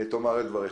אדוני.